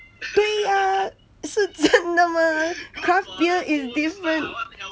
对啊是真的嘛 craft beer is different